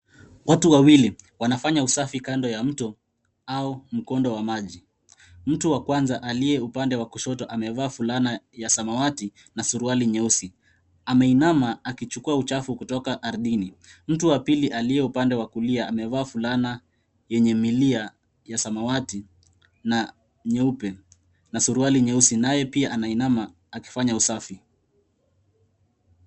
Watu wawili wanafanya usafi kando ya mto au mkondo wa maji. Mtu wa kwanza aliye upande wa kushoto amevaa fulana ya samawati na suruali nyeusi. Ameinama akichukua uchafu kutoka ardhini. Mtu wa pili aliye upande wa kulia amevaa fulana yenye milia ya samawati na nyeupe na suruali nyeusi naye pia anainama akifanya usafi.